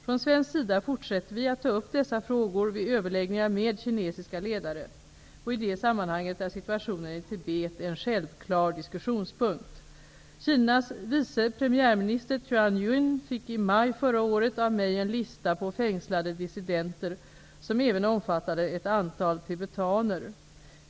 Från svensk sida fortsätter vi att ta upp dessa frågor vid överläggningar med kineiska ledare, och i det sammanhanget är situationen i Tibet en självklar diskussionspunkt. Kinas vice premiärminister Tian Jiyun fick i maj förra året av mig en lista på fängslade dissidenter som även omfattade ett antal tibetaner.